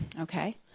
Okay